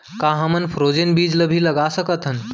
का हमन फ्रोजेन बीज ला भी लगा सकथन?